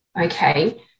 okay